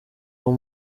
uwo